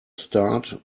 start